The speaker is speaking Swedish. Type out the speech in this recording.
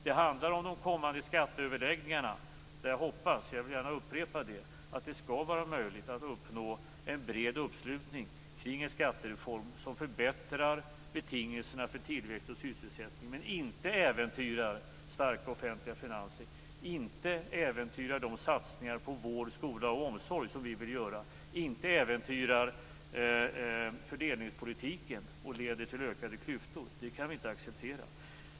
Det handlar om de kommande skatteöverläggningarna, där jag hoppas - jag vill gärna upprepa det - att det skall vara möjligt att uppnå en bred uppslutning kring en skattereform som förbättrar betingelserna för tillväxt och sysselsättning men inte äventyrar starka offentliga finanser, inte äventyrar de satsningar på vård, skola och omsorg som vi vill göra och inte äventyrar fördelningspolitiken och leder till ökade klyftor. Det kan vi inte acceptera.